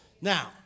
Now